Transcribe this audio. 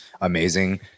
amazing